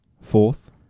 fourth